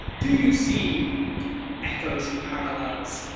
do you see echoes and parallels,